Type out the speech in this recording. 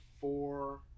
four